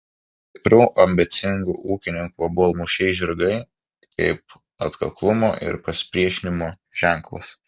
stiprių ambicingų ūkininkų obuolmušiai žirgai kaip atkaklumo ir pasipriešinimo ženklas